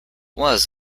was